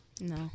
No